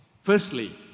Firstly